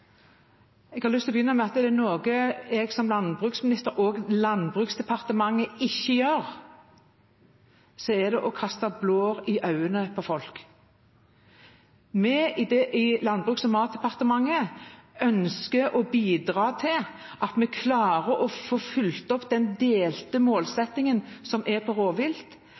Jeg lyst til å begynne med å si at er det noe jeg som landbruksminister og Landbruksdepartementet ikke gjør, er det å kaste blår i øynene på folk. Vi i Landbruks- og matdepartementet ønsker å bidra til at vi klarer å få fulgt opp den delte målsettingen som er på rovvilt,